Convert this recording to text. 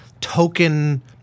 token